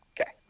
Okay